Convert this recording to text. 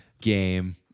Game